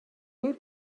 load